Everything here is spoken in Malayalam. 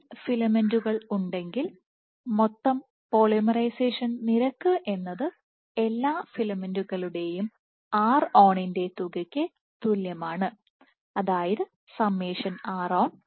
n ഫിലമെന്റുകൾ ഉണ്ടെങ്കിൽ മൊത്തം പോളിമറൈസേഷൻ നിരക്ക് എന്നത് എല്ലാ ഫിലമെന്റുകളുടെയും ron ന്റെ ആകെ തുകയ്ക്ക് തുല്യമാണ് ron